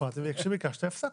הפרעתי וכשביקשת הפסקתי.